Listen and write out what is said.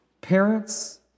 parents